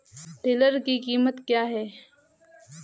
Tiller की कीमत क्या है?